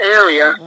area